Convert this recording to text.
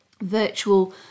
virtual